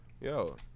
yo